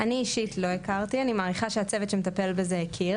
אני אישית לא הכרתי אני מעריכה שהצוות שמטפל בזה הכיר